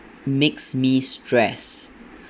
makes me stress